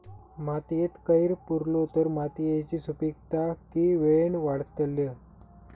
मातयेत कैर पुरलो तर मातयेची सुपीकता की वेळेन वाडतली?